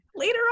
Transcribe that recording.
later